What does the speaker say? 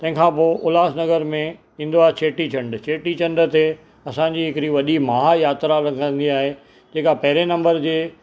तंहिंखां पोइ उल्हासनगर में ईंदो आहे चेटीचंडु चेटीचंड ते असांजी हिकिड़ी वॾी महायात्रा लॻंदी आहे जेका पहिरें नंबर जे